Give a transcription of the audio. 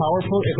powerful